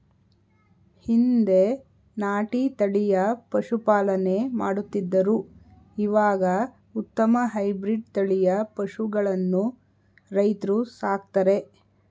ಹಿಂದೆ ನಾಟಿ ತಳಿಯ ಪಶುಪಾಲನೆ ಮಾಡುತ್ತಿದ್ದರು ಇವಾಗ ಉತ್ತಮ ಹೈಬ್ರಿಡ್ ತಳಿಯ ಪಶುಗಳನ್ನು ರೈತ್ರು ಸಾಕ್ತರೆ